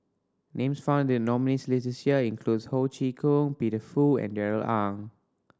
names found in the nominees' list this year includes Ho Chee Kong Peter Fu and Darrell Ang